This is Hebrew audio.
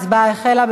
ההצבעה החלה.